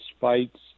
fights